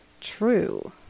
true